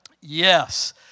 Yes